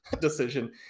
decision